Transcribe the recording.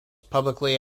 publicly